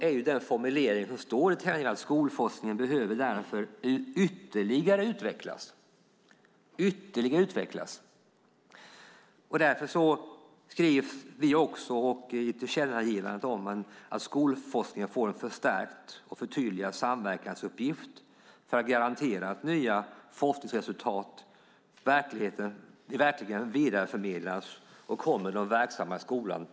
Det finns en formulering i tillkännagivandet: Skolforskningen behöver därför ytterligare utvecklas. Det står också i tillkännagivandet om att skolforskningen får en förstärkt och förtydligad samverkansuppgift för att garantera att nya forskningsresultat verkligen vidareförmedlas till dem som är verksamma i skolan.